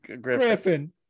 Griffin